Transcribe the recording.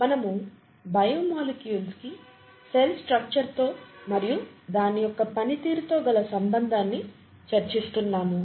మనము biomolecules కి cell structure తో మరియు దాని యొక్క పనితీరుతో గల సంబంధాన్ని చర్చిస్తున్నాము